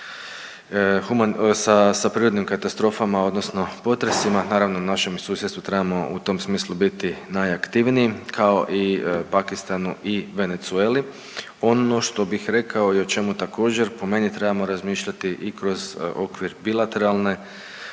sa prirodnim katastrofama odnosno potresima naravno, našem susjedstvu trebamo u tom smislu biti najaktivniji kao i Pakistanu i Venezueli. Ono što bih rekao i o čemu također po meni trebamo razmišljati i kroz okvir bilateralne